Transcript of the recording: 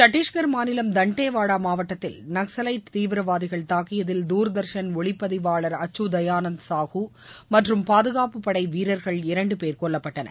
சத்தீஸ்கர் மாநிலம் தண்டேவாடா மாவட்டத்தில் நக்சவைட்டுகள் தாக்கியதில் தூர்தர்ஷன் ஒளிப்பதிவாளர் அச்சுதயானந்த் சாஹு மற்றும் பாதுகாப்புப்படை வீரர்கள் இரண்டு பேர் கொல்லப்பட்டனர்